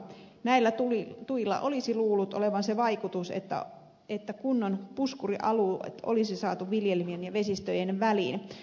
olisi luullut että näillä tuilla olisi ollut se vaikutus että kunnon puskurialueet olisi saatu viljelmien ja vesistöjen väliin